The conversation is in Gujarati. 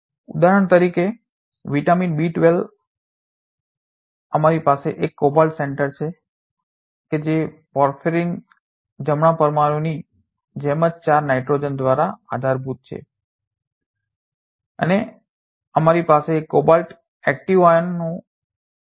ઉદાહરણ તરીકે વિટામિન બી 12 અમારી પાસે એક કોબાલ્ટ સેન્ટર છે જે પોર્ફિરિન જમણા પરમાણુની જેમ 4 નાઇટ્રોજન દ્વારા આધારભૂત છે અને અમારી પાસે એક cobalt active cyano bond cobalt cyanide પણ વિટામિન બી 12 માં સામેલ છે આપણી પાસે જુદા જુદા બાયો ઓર્ગોમેટાલિક એકમો છે